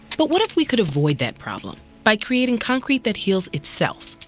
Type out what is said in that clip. but what if we could avoid that problem, by creating concrete that heals itself?